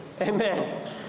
amen